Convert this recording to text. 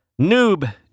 Noob